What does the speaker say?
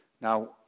Now